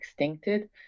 extincted